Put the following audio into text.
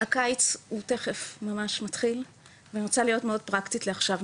הקיץ הוא תיכף ממש מתחיל ואני רוצה להיות מאוד פרקטית לעכשיו,